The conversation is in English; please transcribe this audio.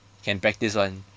can practice [one]